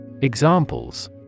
Examples